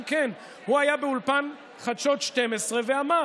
הוא היה באולפן חדשות 12 ואמר: